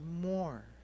more